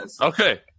Okay